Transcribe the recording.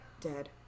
dead